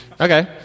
Okay